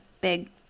big